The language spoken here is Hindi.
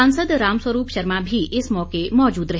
सांसद रामस्वरूप शर्मा भी इस मौके मौजूद रहे